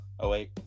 08